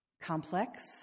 complex